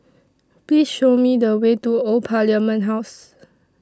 Please Show Me The Way to Old Parliament House